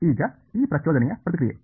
ಈಗ ಈ ಪ್ರಚೋದನೆಯ ಪ್ರತಿಕ್ರಿಯೆ